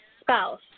spouse